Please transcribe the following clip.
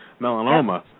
melanoma